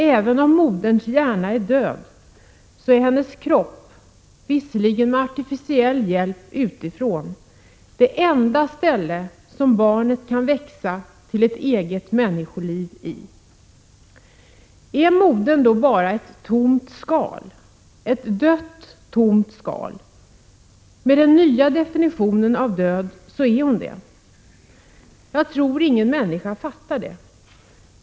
Även om moderns hjärna är död, så är hennes kropp - visserligen med artificiell hjälp utifrån — det enda ställe där barnet kan växa till ett eget människoliv. Är modern då bara ett dött, tomt skal? Ja, med den nya definitionen av död är hon det. Jag tror ingen människa fattar detta.